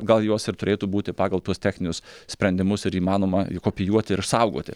gal jos ir turėtų būti pagal tuos techninius sprendimus ir įmanoma kopijuoti ir saugoti